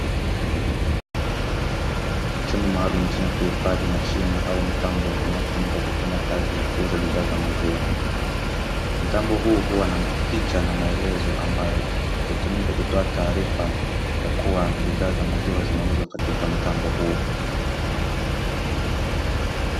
Chombo maalumu chenye kuhifadhi Mashine au mtambo unaotumika kuuza bidhaa za maziwa, mtambo huu huwa na picha na maelezo ambayo hutumika kutoa taarifa ya kuwa bidhaa za maziwa zinauzwa katika mtambo huu.